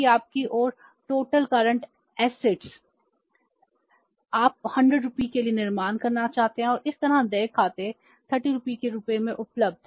आप 100 रुपये के लिए निर्माण करना चाहते हैं और इस तरह देय खाते 30 रुपये के रूप में उपलब्ध हैं